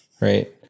right